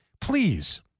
please